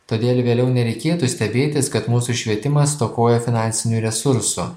todėl vėliau nereikėtų stebėtis kad mūsų švietimas stokoja finansinių resursų